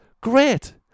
great